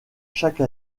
chaque